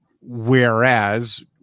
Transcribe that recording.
whereas